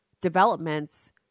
developments